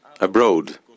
abroad